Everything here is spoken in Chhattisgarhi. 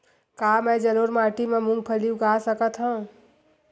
का मैं जलोढ़ माटी म मूंगफली उगा सकत हंव?